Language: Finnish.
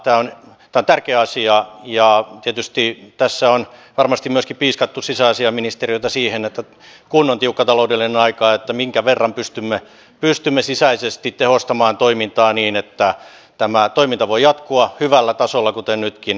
tämä on tärkeä asia ja tietysti tässä on varmasti myöskin piiskattu sisäasiainministeriötä siihen kun on tiukka taloudellinen aika että minkä verran pystymme sisäisesti tehostamaan toimintaa niin että tämä toiminta voi jatkua hyvällä tasolla kuten nytkin